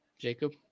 Jacob